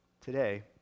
Today